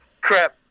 crap